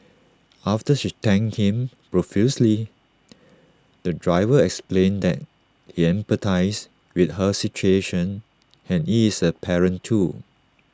after she thanked him profusely the driver explained that he empathised with her situation and he is A parent too